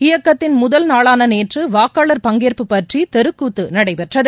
இயக்கத்தின் முதல் நாளான நேற்று வாக்காளர் பங்கேற்பு பற்றி தெரு கூத்து நடைபெற்றது